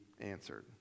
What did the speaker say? answered